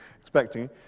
expecting